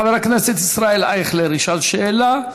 חבר הכנסת ישראל אייכלר ישאל שאלה,